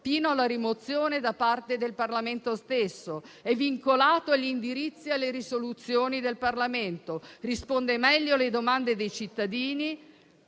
fino alla rimozione da parte del Parlamento stesso; è vincolato agli indirizzi e alle risoluzioni del Parlamento; risponde meglio alle domande dei cittadini